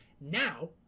now